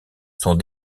sont